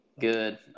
Good